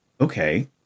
okay